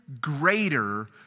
greater